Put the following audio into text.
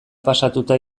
pasatuta